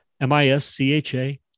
m-i-s-c-h-a